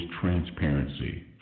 transparency